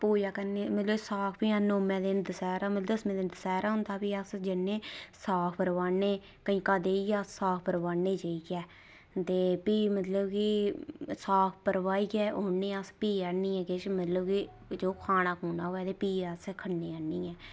पूजा करने मतलब साख बी नौमें दिन दशहरा मतलब कि दसमें दिन दशहरा होंदा ते भी अस जन्ने साख परबाह्न्ने कंजका देइयै अस साख परबाह्न्ने जाइयै ते भी मतलब साख परबहियै औने अस भी आह्नियै किश मतलब कि जो खाना होऐ भी अस खन्ने आह्नियै